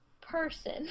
person